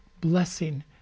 blessing